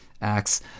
acts